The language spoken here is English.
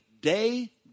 day